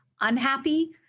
unhappy